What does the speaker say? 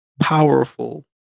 powerful